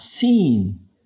seen